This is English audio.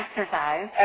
exercise